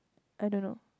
I don't know